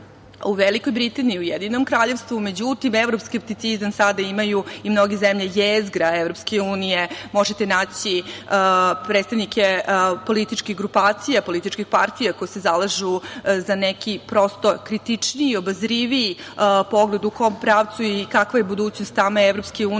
u Velikoj Britaniji, Ujedinjenom Kraljevstvu, međutim, evroskepticizam sada imaju i mnoge zemlje jezgra Evropske unije. Možete naći predstavnike političkih grupacija, političkih partija koje se zalažu za neki, prosto, kritičniji, obazriviji pogled u kom pravcu i kakva je budućnost same Evropske unije